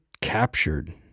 captured